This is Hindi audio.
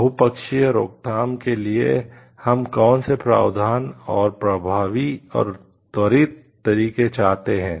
बहुपक्षीय रोकथाम के लिए हम कौन से प्रावधान और प्रभावी और त्वरित तरीके चाहते हैं